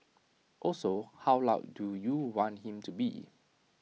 also how loud do you want him to be